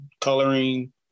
coloring